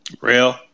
Real